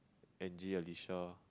Angie Alicia